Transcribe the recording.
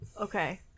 Okay